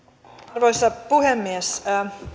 arvoisa puhemies